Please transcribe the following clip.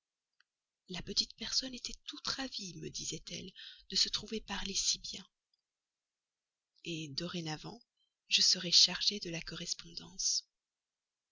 la petite personne était toute ravie me disait-elle de se trouver parler si bien dorénavant je serai chargé de la correspondance